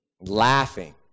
laughing